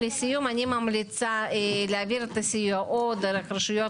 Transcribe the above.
אני ממליצה להעביר את הסיוע או דרך רשויות